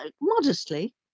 modestly